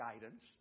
guidance